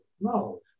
No